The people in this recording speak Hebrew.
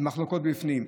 מחלוקות בפנים.